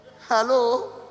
Hello